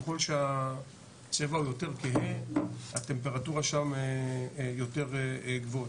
ככל שהצבע יותר כהה הטמפרטורה שם יותר גבוהה.